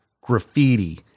graffiti